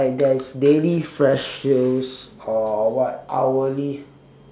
like there is daily flash sales or what hourly